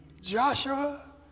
Joshua